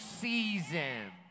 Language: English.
season